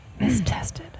Mistested